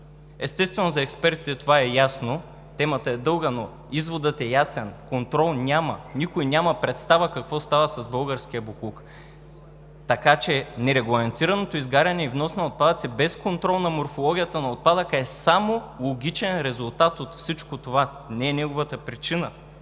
Естествено, за експертите това е ясно. Темата е дълга, но изводът е ясен – контрол няма. Никой няма представа какво става с българския боклук, така че нерегламентираното изгаряне и внос на отпадъци без контрол на морфологията на отпадъка е само логичен резултат от всичко това, не е неговата причина.